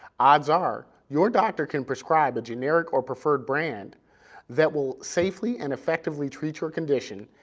odds are, your doctor can prescribe a generic or preferred brand that will safely and effectively treat your condition,